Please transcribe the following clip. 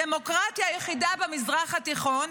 הדמוקרטיה היחידה במזרח התיכון,